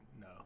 no